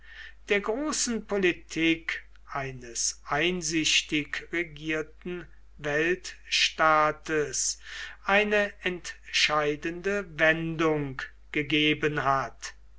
der großen politik eines einsichtig regierten weltstaates eine entscheidende wendung gegeben hat